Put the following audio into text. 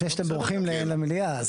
לפני שאתם בורחים למליאה.